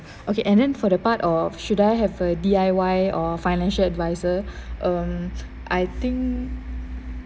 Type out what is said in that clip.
okay and then for the part of should I have a D_I_Y or financial advisor um I think